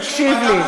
תקשיב לי,